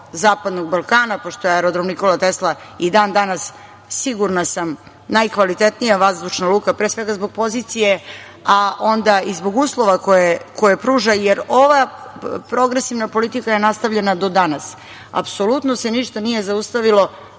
zapadnog Balkana, pošto je Aerodrom „Nikola Tesla“ i dan danas, sigurna sam najkvalitetnija vazdušna luka, pre svega zbog pozicije, a onda i zbog uslova koje pruža, jer ova progresivna politika je nastavljena do danas. Apsolutno se ništa nije zaustavilo,